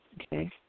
Okay